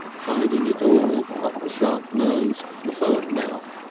hiding it all but the sharp nose, the firm mouth,